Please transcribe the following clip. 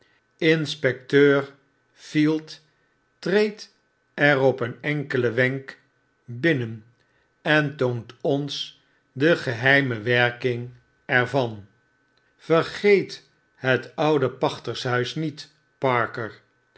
inspecteur field treedt er op een enkelen wenk binnen en toont ons de geheime werking er van vergeet het oude pachters huis niet parker